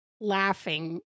laughing